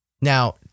Now